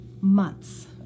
months